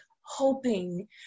hoping